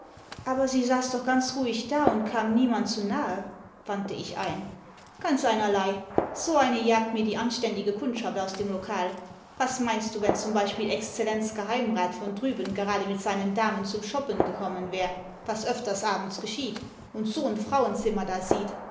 aber sie saß doch ganz ruhig da und kam niemand zu nahe wandte ich ein ganz einerlei so eine jagt mir die anständige kundschaft aus dem lokal was meinst du wenn zum beispiel exzellenz geheimrat von drüben gerade mit seinen damen zum schoppen gekommen war was öfters abends geschieht und so n frauenzimmer da sieht